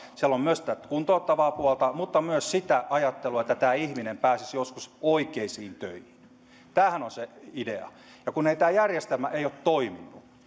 siellä on tietenkin tätä kuntouttavaa puolta mutta myös sitä ajattelua että tämä ihminen pääsisi joskus oikeisiin töihin tämähän on se idea tässä järjestelmä ei ole toiminut